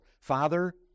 Father